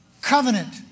covenant